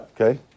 Okay